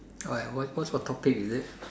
oh ya what's what's your topic is it